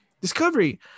Discovery